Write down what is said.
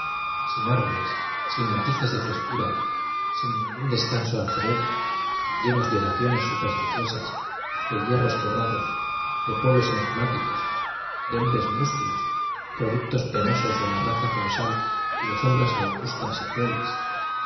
sin árboles sin matices de fres cura sin ningún descanso al cerebro lle nos de oraciones supersticiosas de hierros quebrados de pueblos enigmáticos de hom bres mustios productos penosos de la raza colosal y de sombras augustas y crueles